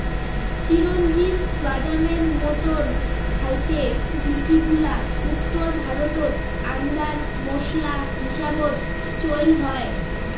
চিরোঞ্জির বাদামের মতন খাইতে বীচিগুলা উত্তর ভারতত আন্দার মোশলা হিসাবত চইল হয়